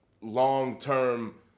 long-term